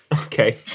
Okay